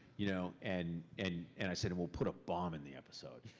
you know and and and i said, we'll put a bomb in the episode.